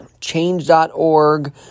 change.org